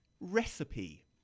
recipe